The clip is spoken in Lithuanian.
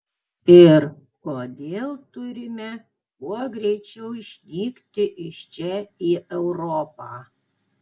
ir kodėl turime kuo greičiau išnykti iš čia į europą